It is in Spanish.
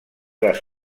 las